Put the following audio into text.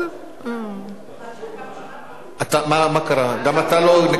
מה קרה, גם אתה לא נקלטת?